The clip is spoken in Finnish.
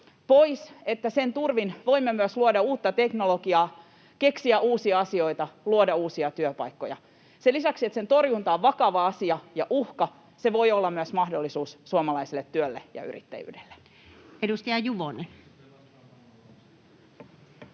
pois, että sen turvin voimme myös luoda uutta teknologiaa, keksiä uusia asioita, luoda uusia työpaikkoja. Sen lisäksi, että se on uhka ja sen torjunta vakava asia, se voi olla myös mahdollisuus suomalaiselle työlle ja yrittäjyydelle. [Speech